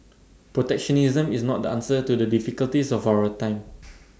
protectionism is not the answer to the difficulties of our time